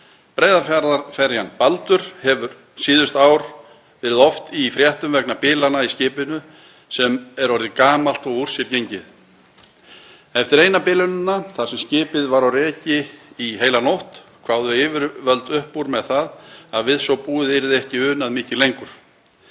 Breiðafjarðarferjan Baldur hefur síðustu ár oft verið í fréttum vegna bilana í skipinu, sem er orðið gamalt og úr sér gengið. Eftir eina bilunina, þar sem skipið var á reki í heila nótt, kváðu yfirvöld upp úr um það að við svo búið yrði ekki unað mikið lengur.